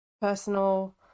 personal